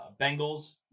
Bengals